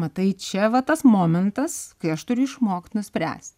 matai čia va tas momentas kai aš turiu išmokt nuspręst